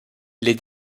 les